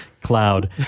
cloud